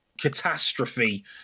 catastrophe